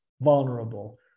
vulnerable